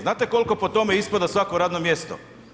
Znate koliko po tome ispada svako radno mjesto?